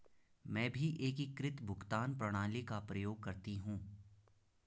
मैं भी एकीकृत भुगतान प्रणाली का प्रयोग करती हूं